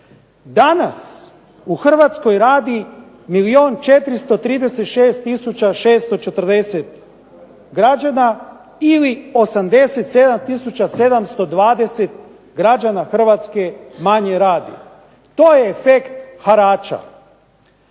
Danas u Hrvatskoj radi milijun 436 tisuća 640 građana ili 87 tisuća 720 građana Hrvatske manje radi. To je efekt harača.